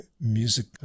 music